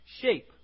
Shape